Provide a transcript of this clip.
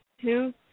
two